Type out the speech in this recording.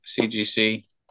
CGC